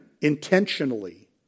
intentionally